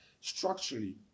structurally